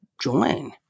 join